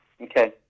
Okay